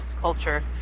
culture